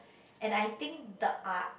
and I think the arch